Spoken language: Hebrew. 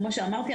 כמו שאמרתי,